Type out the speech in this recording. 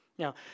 Now